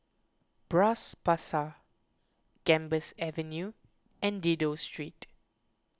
Bras Basah Gambas Avenue and Dido Street